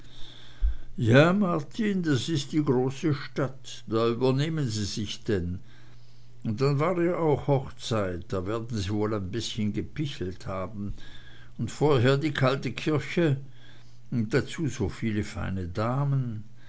ja martin das ist die große stadt da übernehmen sie sich denn und dann war ja auch hochzeit da werden sie wohl ein bißchen gepichelt haben und vorher die kalte kirche und dazu so viele feine damen